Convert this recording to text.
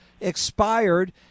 expired